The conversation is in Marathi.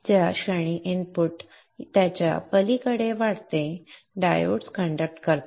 ज्या क्षणी इनपुट याच्या पलीकडे वाढते डायोड्स कण्डक्ट करतात